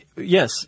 yes